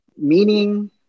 meaning